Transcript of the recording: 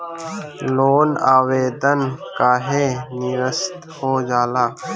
Loan आवेदन काहे नीरस्त हो जाला?